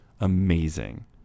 amazing